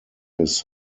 his